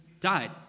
died